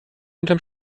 unterm